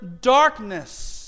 darkness